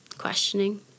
questioning